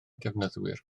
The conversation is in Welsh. defnyddwyr